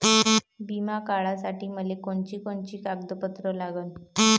बिमा काढासाठी मले कोनची कोनची कागदपत्र लागन?